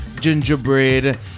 gingerbread